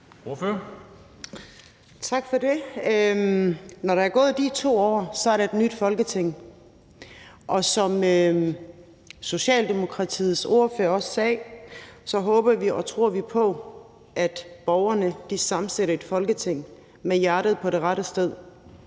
Når der er gået de 2 år, er der et nyt Folketing, og som Socialdemokratiets ordfører også sagde, håber vi og tror vi på, at borgerne sammensætter et Folketing med hjertet på det rette sted,